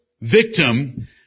victim